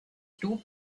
two